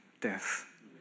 death